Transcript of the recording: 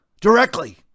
Directly